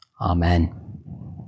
Amen